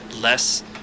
less